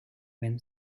when